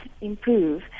improve